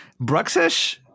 Bruxish